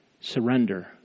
surrender